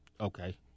Okay